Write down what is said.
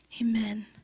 amen